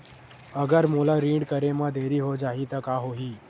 अगर मोला ऋण करे म देरी हो जाहि त का होही?